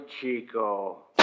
Chico